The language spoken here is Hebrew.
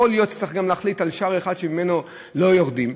יכול להיות שצריך גם להחליט על שער אחד שממנו לא יורדים.